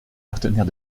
partenaire